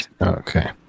Okay